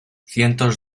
cientos